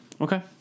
Okay